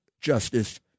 Justice